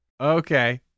Okay